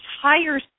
higher